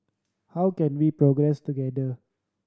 how can we progress together